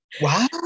Wow